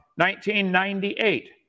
1998